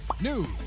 news